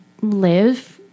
live